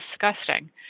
disgusting